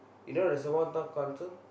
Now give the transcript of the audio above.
you know the Sembawang town council